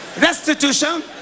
Restitution